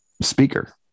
speaker